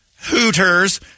Hooters